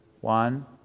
One